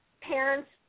parents